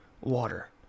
water